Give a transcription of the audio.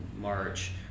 march